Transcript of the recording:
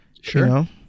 sure